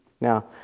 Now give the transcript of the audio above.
Now